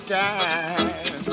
time